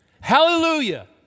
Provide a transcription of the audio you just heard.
hallelujah